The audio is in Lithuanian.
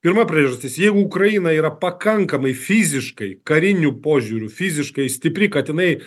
pirma priežastis jeigu ukraina yra pakankamai fiziškai kariniu požiūriu fiziškai stipri kad jinai